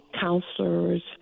counselors